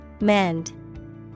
Mend